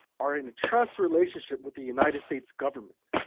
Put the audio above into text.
are in a trust relationship with the united states government.